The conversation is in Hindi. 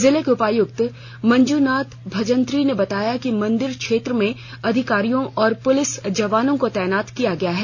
जिले के उपायुक्त मंजूनाथ भजंत्री ने बताया कि मंदिर क्षेत्र में अधिकारियों और पुलिस जवानों को तैनात किया गया है